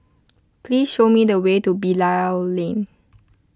please show me the way to Bilal Lane